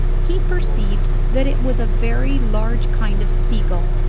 he perceived that it was a very large kind of sea-gull,